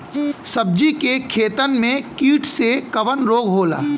सब्जी के खेतन में कीट से कवन रोग होला?